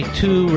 two